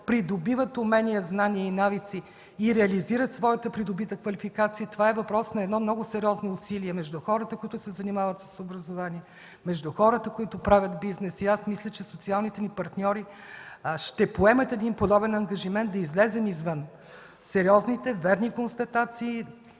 придобиват умения, знания и навици и реализират своята придобита квалификация. Това е въпрос на много сериозно усилие между хората, които се занимават с образование, между хората, които правят бизнес. Мисля, че социалните ни партньори ще поемат подобен ангажимент – да излезем извън сериозните, верни констатации,